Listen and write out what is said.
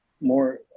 more